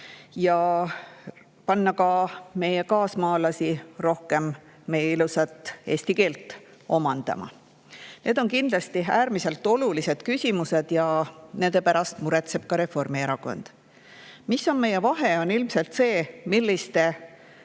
ja panna ka meie kaasmaalasi rohkem meie ilusat keelt omandama. Need on kindlasti äärmiselt olulised küsimused ja nende pärast muretseb ka Reformierakond. Meie vahe aga on ilmselt see, milliste